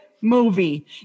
movie